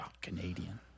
Canadian